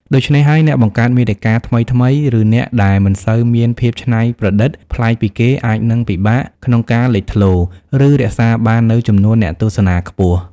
ដូច្នេះហើយ អ្នកបង្កើតមាតិកាថ្មីៗ ឬអ្នកដែលមិនសូវមានភាពច្នៃប្រឌិតប្លែកពីគេអាចនឹងពិបាកក្នុងការលេចធ្លោរ ឬ រក្សាបាននូវចំនួនអ្នកទស្សនាខ្ពស់។